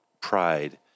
pride